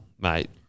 mate